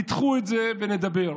תדחו את זה ונדבר,